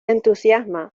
entusiasma